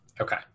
Okay